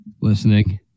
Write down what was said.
listening